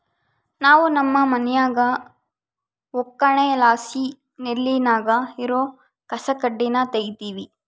ನಾವು ನಮ್ಮ ಮನ್ಯಾಗ ಒಕ್ಕಣೆಲಾಸಿ ನೆಲ್ಲಿನಾಗ ಇರೋ ಕಸಕಡ್ಡಿನ ತಗೀತಿವಿ